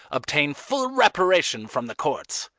obtain full reparation from the courts.